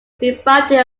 divided